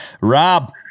Rob